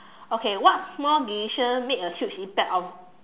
okay what small decision made a huge impact on